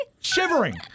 Shivering